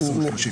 רביזיה.